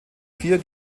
vier